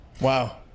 Wow